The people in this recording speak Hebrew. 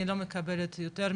אני לא מקבלת יותר,